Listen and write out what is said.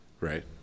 Right